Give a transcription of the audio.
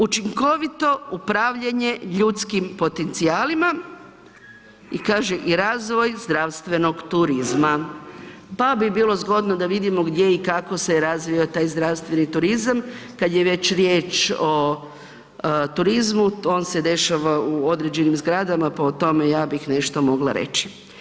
Učinkovito upravljanje ljudskim potencijalima i kaže razvoj zdravstvenog turizma, pa bi bilo zgodno da vidimo gdje i kako se je razvio taj zdravstveni turizam kad je već riječ o turizmu, on se dešava u određenim zgradama, pa o tome ja bih nešto mogla reći.